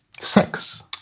Sex